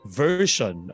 version